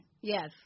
Yes